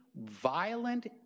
violent